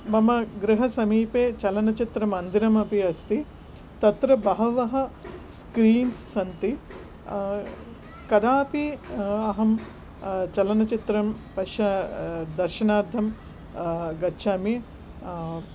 मम गृहसमीपे चलनचित्रमन्दिरमपि अस्ति तत्र बहवः स्क्रीन्स् सन्ति कदापि अहं चलनचित्रं पश्य दर्शनार्थं गच्छामि